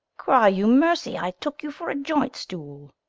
cry you mercy, i took you for a joint-stool.